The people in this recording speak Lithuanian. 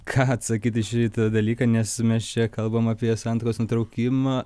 ką atsakyt į šitą dalyką nes mes čia kalbam apie santuokos nutraukimą